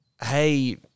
hey